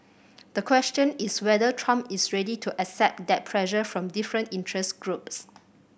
the question is whether Trump is ready to accept that pressure from different interest groups